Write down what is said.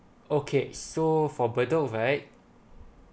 okay so for bedok right